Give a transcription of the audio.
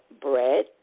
bread